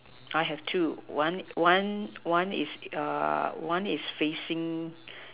I have two one one is a one is facing